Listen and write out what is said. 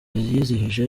yizihije